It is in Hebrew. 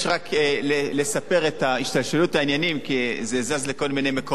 לספר את השתלשלות העניינים כי זה זז לכל מיני מקומות.